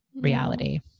reality